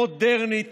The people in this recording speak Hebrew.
מודרנית,